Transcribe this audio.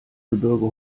gebirge